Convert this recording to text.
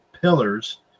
pillars –